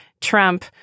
Trump